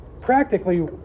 practically